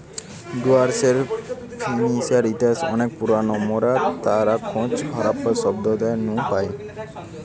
diary ফার্মিংয়ের ইতিহাস অনেক পুরোনো, মোরা তার খোঁজ হারাপ্পা সভ্যতা নু পাই